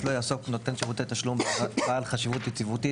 חובת רישוי 36יא. לא יעסוק נותן שירותי תשלום בעל חשיבות יציבותית